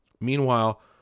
Meanwhile